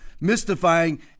mystifying